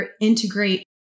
integrate